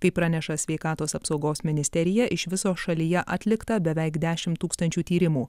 kaip praneša sveikatos apsaugos ministerija iš viso šalyje atlikta beveik dešimt tūkstančių tyrimų